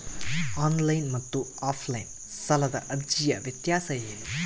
Online ಮತ್ತು offline ಸಾಲದ ಅರ್ಜಿಯ ವ್ಯತ್ಯಾಸ ಏನು?